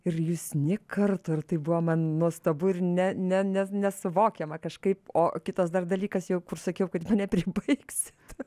ir jūs nė karto ir tai buvo man nuostabu ir ne ne ne nesuvokiama kažkaip o kitas dar dalykas jau kur sakiau kad mane pribaigsit